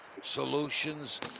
solutions